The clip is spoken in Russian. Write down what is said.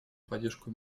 поддержку